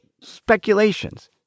speculations